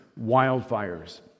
wildfires